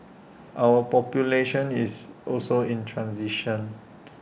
our population is also in transition